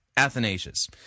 Athanasius